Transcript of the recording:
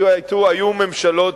היו ממשלות,